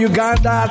Uganda